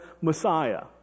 Messiah